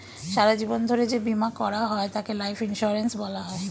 সারা জীবন ধরে যে বীমা করা হয় তাকে লাইফ ইন্স্যুরেন্স বলা হয়